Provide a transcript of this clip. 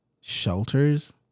shelters